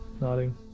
nodding